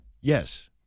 Yes